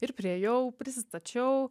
ir priėjau prisistačiau